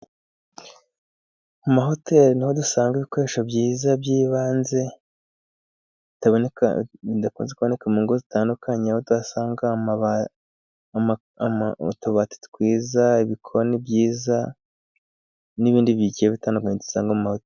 Amahoteli ni ho dusanga ibikoresho byiza by'ibanze bitaboneka bidakunze kuboneka mu ngo zitandukanye, aho dusanga utubati twiza, ibikoni byiza, n'ibindi bigiye bitandukanye dusanga mu mahoteri.